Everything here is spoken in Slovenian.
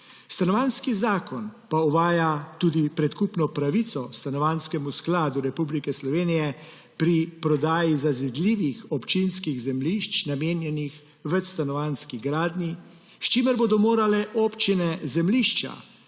Stanovanjski zakon uvaja tudi predkupno pravico Stanovanjskemu skladu Republike Slovenije pri prodaji zazidljivih občinskih zemljišč, namenjenih večstanovanjski gradnji, s čimer bodo morale občine zemljišča,